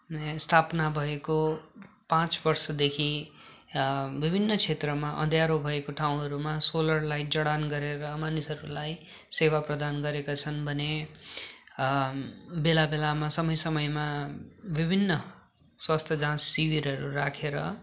नयाँ स्थापना भएको पाँच वर्षदेखि विभिन्न क्षेत्रमा अँध्यारो भएको ठाउँहरूमा सोलर लाइट जडान गरेर मानिसहरूलाई सेवा प्रदान गरेका छन् भने बेला बेलामा समय समयमा विभिन्न स्वास्थ्य जाँच शिविरहरू राखेर